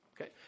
Okay